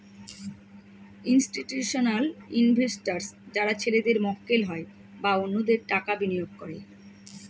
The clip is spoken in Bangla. ইনস্টিটিউশনাল ইনভেস্টার্স যারা ছেলেদের মক্কেল হয় বা অন্যদের টাকা বিনিয়োগ করে